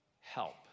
help